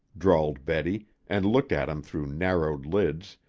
drawled betty, and looked at him through narrowed lids,